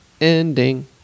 ending